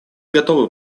готовы